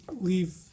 leave